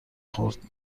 خورد